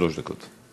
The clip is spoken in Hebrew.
שלוש דקות.